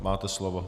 Máte slovo.